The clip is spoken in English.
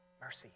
Mercy